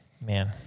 man